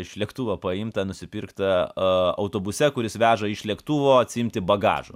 iš lėktuvo paimtą nusipirktą autobuse kuris veža iš lėktuvo atsiimti bagažo